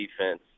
defense